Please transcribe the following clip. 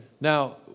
Now